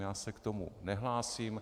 Já se k tomu nehlásím.